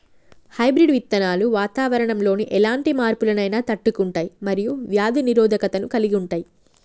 hybrid విత్తనాలు వాతావరణంలోని ఎలాంటి మార్పులనైనా తట్టుకుంటయ్ మరియు వ్యాధి నిరోధకతను కలిగుంటయ్